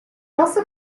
also